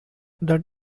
the